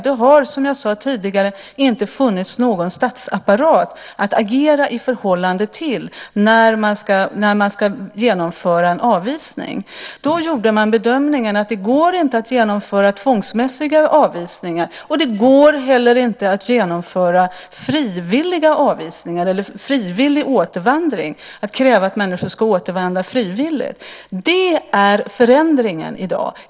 Det har, som jag sade tidigare, inte funnits någon statsapparat att agera i förhållande till när en avvisning ska genomföras. Då gjorde man bedömningen att det inte går att genomföra tvångsmässiga avvisningar och inte heller att genomföra frivillig återvandring, det vill säga kräva att människor ska återvända frivilligt. Det är förändringen i dag.